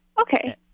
Okay